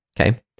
okay